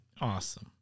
Awesome